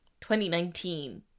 2019